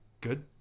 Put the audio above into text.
good